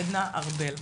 עדנה ארבל.